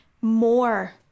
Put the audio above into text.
more